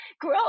grow